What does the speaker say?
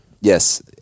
Yes